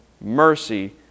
mercy